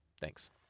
Thanks